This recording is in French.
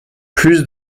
plus